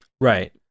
right